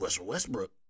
Westbrook